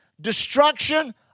destruction